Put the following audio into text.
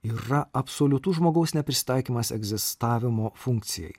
yra absoliutus žmogaus neprisitaikymas egzistavimo funkcijai